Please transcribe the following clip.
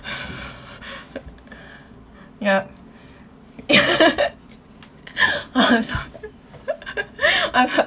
yup I'm I